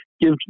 give